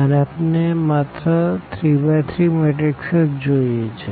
અને આપણે માત્ર 3 3 મેટ્રીક્સ જ જોઈએ છે